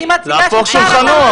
להפוך שולחנות.